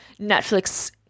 Netflix